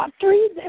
three